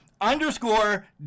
underscore